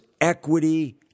equity